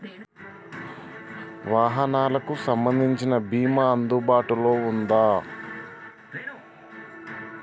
వాహనాలకు సంబంధించిన బీమా అందుబాటులో ఉందా?